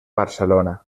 barcelona